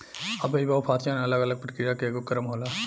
अव्ययीय पाचन अलग अलग प्रक्रिया के एगो क्रम होला